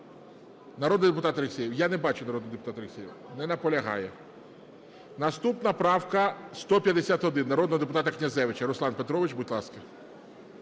Народний депутат Алєксєєв, я не бачу народного депутата Алєксєєва. Не наполягає. Наступна правка 151 народного депутата Князевича. Руслан Петрович, будь ласка.